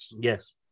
Yes